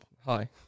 hi